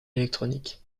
électronique